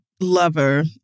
lover